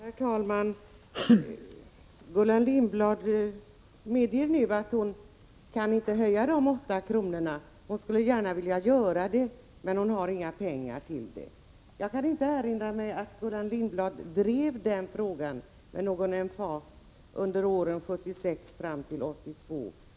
Herr talman! Gullan Lindblad medger nu att hon inte kan höja grundbeloppet 8 kr. Hon skulle gärna vilja göra det men har inga pengar till det. Jag kan inte erinra mig att Gullan Lindblad drev denna fråga med någon emfas under åren 1976-1982.